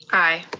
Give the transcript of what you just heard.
aye.